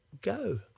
go